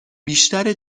بیشتر